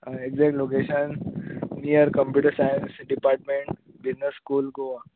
हय exact location near computer science department डिलर school Goa